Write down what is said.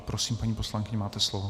Prosím, paní poslankyně, máte slovo.